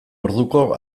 orduko